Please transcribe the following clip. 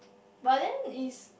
but then is